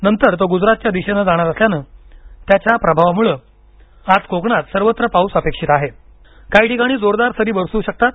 नंतर तो गुजरातच्या दिशेनं जाणार असल्यानं त्याच्या प्रभावामुळे आज कोकणात सर्वत्र पाऊस अपेक्षित आहे काही ठिकाणी जोरदार सरी बरसू शकतात